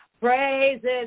praises